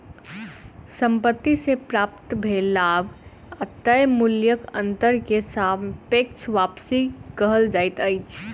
संपत्ति से प्राप्त भेल लाभ आ तय मूल्यक अंतर के सापेक्ष वापसी कहल जाइत अछि